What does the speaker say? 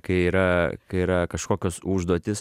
kai yra kai yra kažkokios užduotys